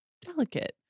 delicate